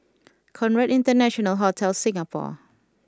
Conrad International Hotel Singapore